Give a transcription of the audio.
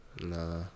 Nah